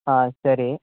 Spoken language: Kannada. ಹಾಂ ಸರಿ